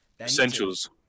Essentials